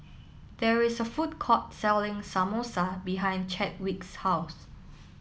there is a food court selling Samosa behind Chadwick's House